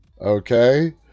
Okay